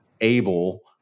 able